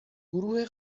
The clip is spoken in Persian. گروه